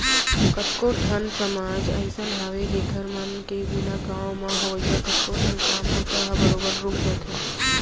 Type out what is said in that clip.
कतको ठन समाज अइसन हावय जेखर मन के बिना गाँव म होवइया कतको ठन काम बूता ह बरोबर रुक जाथे